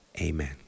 Amen